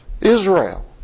Israel